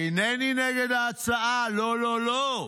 אינני נגד ההצעה, לא, לא.